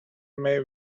may